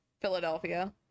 Philadelphia